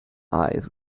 eyes